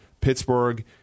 Pittsburgh